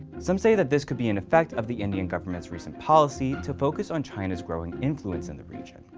some say that this could be an effect of the indian government's recent policy to focus on china's growing influence in the region.